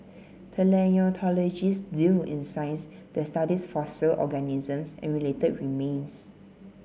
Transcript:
paleontologists deal in science that studies fossil organisms and related remains